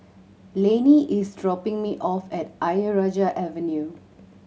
Laney is dropping me off at Ayer Rajah Avenue